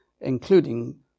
including